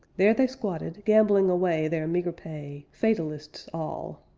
there they squatted, gambling away their meagre pay fatalists all.